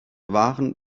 waren